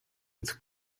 with